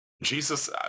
Jesus